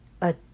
A